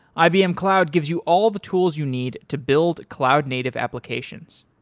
ibm cloud gives you all the tools you need to build cloud-native applications.